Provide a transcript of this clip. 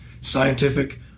scientific